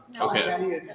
Okay